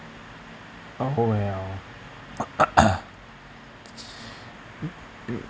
oh well